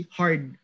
hard